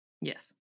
Yes